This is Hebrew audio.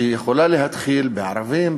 שיכולה להתחיל בערבים,